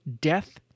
death